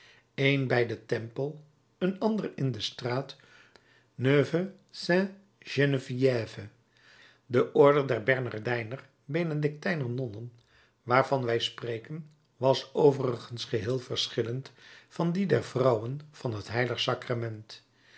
een bij den tempel een ander in de straat neuve saint geneviève de orde der bernardijner benedictijner nonnen waarvan wij spreken was overigens geheel verschillend van die der vrouwen van het h sacrament